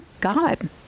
God